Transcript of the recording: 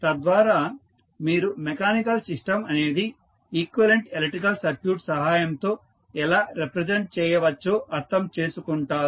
తద్వారా మీరు mechanical system అనేది ఈక్వివలెంట్ ఎలక్ట్రికల్ సర్క్యూట్ సహాయంతో ఎలా రిప్రజెంట్ చేయవచ్చో అర్థం చేసుకొంటారు